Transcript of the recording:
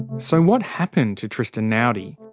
so what happened to tristan naudi?